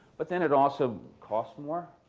but then it also costs more.